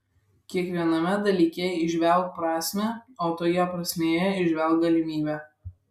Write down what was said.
kiekviename dalyke įžvelk prasmę o toje prasmėje įžvelk galimybę